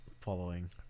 following